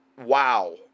wow